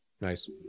Nice